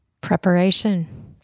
Preparation